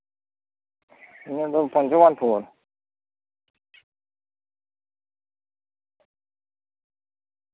ᱤᱧᱟᱹᱜ ᱫᱚ ᱯᱚᱧᱪᱚᱵᱚᱱᱯᱩᱨ